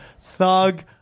Thug